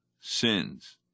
sins